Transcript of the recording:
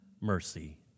mercy